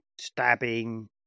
stabbing